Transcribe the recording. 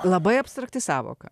labai abstrakti sąvoka